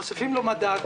מוסיפים לו מדד,